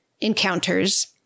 Encounters